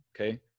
Okay